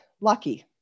lucky